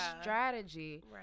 strategy